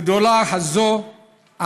הגדולה הזאת,